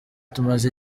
tumaze